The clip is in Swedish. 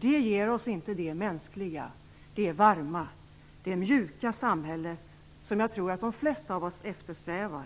Det ger oss inte det mänskliga, varma och mjuka samhälle som jag tror att de flesta av oss eftersträvar.